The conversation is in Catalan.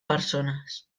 persones